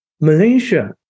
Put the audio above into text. Malaysia